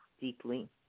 deeply